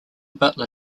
butler